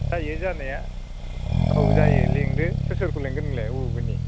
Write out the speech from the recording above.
जायो जानाया औ जायो लेंदो सोर सोरखौ लेंगोन नोंलाय अबे अबेनि